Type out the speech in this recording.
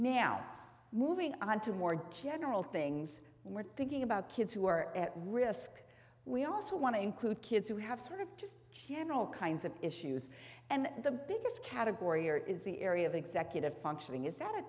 now moving on to more general things we're thinking about kids who are at risk we also want to include kids who have sort of just general kinds of issues and the biggest category or it is the area of executive functioning is that a